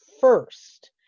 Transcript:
first